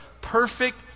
perfect